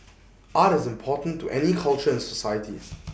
art is important to any culture and societies